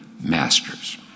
masters